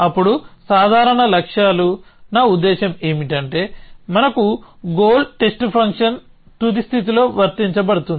అప్పుడు సాధారణ లక్ష్యాలునా ఉద్దేశ్యం ఏమిటంటే మనకు గోల్ టెస్ట్ ఫంక్షన్ తుది స్థితిలో వర్తించబడుతుంది